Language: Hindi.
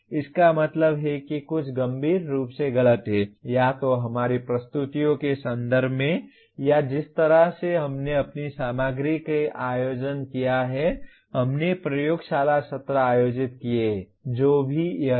इसका मतलब है कि कुछ गंभीर रूप से गलत है या तो हमारी प्रस्तुतियों के संदर्भ में या जिस तरह से हमने अपनी सामग्री का आयोजन किया या हमने प्रयोगशाला सत्र आयोजित किए जो भी यह है